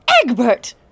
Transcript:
Egbert